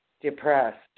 depressed